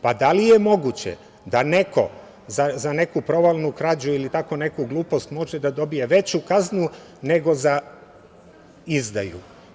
Pa da li je moguće da neko za neku provalnu krađu ili tako neku glupost može da dobije veću kaznu nego za izdaju?